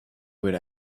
would